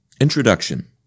Introduction